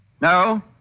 No